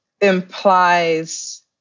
implies